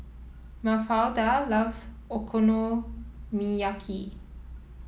Mafalda loves Okonomiyaki